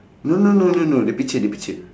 no no no no no the picture the picture